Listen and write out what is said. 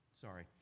Sorry